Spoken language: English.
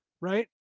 right